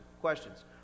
questions